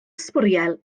sbwriel